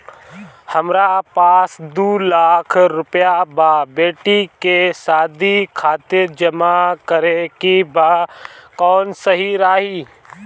हमरा पास दू लाख रुपया बा बेटी के शादी खातिर जमा करे के बा कवन सही रही?